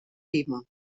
lima